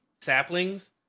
saplings